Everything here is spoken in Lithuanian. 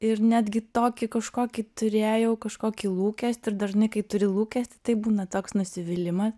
ir netgi tokį kažkokį turėjau kažkokį lūkestį ir dažnai kai turi lūkestį tai būna toks nusivylimas